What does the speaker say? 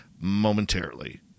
momentarily